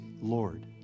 lord